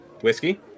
Whiskey